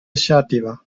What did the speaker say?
xàtiva